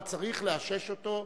אבל צריך לאשש אותו,